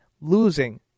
losing